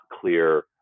clear